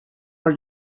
are